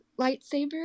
lightsaber